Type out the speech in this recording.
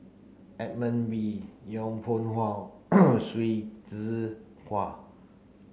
Edmund Wee Yong Pung How Hsu Tse Kwang